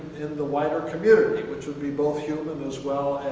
in the wider community, which would be both human as well